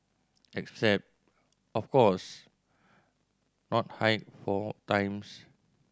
except of course not hike four times